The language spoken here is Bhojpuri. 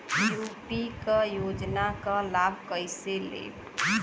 यू.पी क योजना क लाभ कइसे लेब?